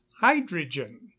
hydrogen